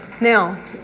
Now